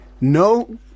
no